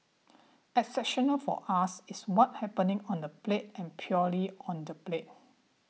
exceptional for us is what happening on the plate and purely on the plate